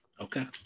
okay